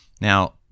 now